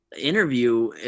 interview